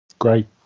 Great